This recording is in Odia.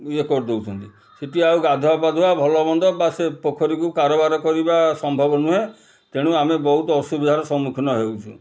ଇଏ କରିଦେଉଛନ୍ତି ସେଠି ଆଉ ଗାଧୁଆପାଧୁଆ ଭଲମନ୍ଦ ବା ସେ ପୋଖରୀକୁ କାରବାର କରିବା ସମ୍ଭବ ନୁହେଁ ତେଣୁ ଆମେ ବହୁତ ଅସୁବିଧାର ସମ୍ମୁଖୀନ ହେଉଛୁ